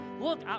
Look